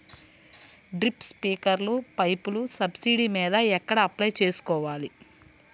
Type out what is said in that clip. Drip, స్ప్రింకర్లు పైపులు subsidy మీద ఎక్కడ అప్లై చేసుకోవాలి?